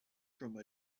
from